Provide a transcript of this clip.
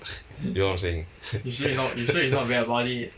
you know what I'm saying